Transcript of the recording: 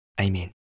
Amen